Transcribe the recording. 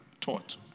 taught